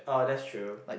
oh that's true